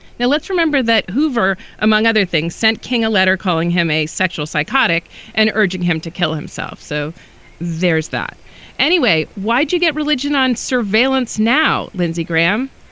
now, let's remember that hoover, among other things, sent king a letter calling him a sexual psychotic and urging him to kill himself. so there's that anyway. why do you get religion on surveillance now? lindsey graham.